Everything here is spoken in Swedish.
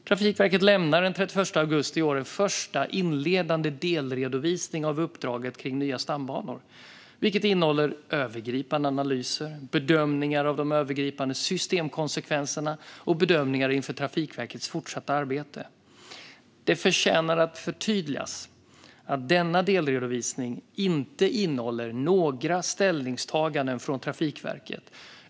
Trafikverket lämnade den 31 augusti i år en första, inledande, delredovisning av uppdraget om nya stambanor. Den innehåller övergripande analyser, bedömningar av de övergripande systemkonsekvenserna och bedömningar inför Trafikverkets fortsatta arbete. Det förtjänar att förtydligas att denna delredovisning inte innehåller några ställningstaganden från Trafikverket.